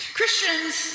Christians